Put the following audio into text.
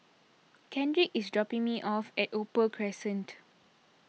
Kendrick is dropping me off at Opal Crescent